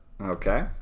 Okay